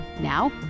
Now